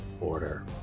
Order